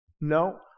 No